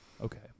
Okay